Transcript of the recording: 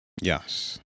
Yes